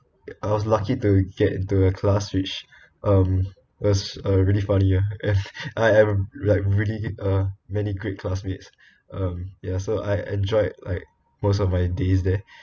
I was lucky to get into a class which um was uh really funny ya if I had like really uh many great classmates um ya so I enjoyed like most of my days there